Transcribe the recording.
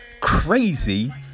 Crazy